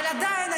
אבל עדיין,